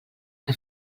que